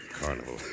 Carnival